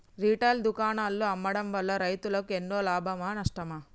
Retail దుకాణాల్లో అమ్మడం వల్ల రైతులకు ఎన్నో లాభమా నష్టమా?